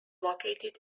located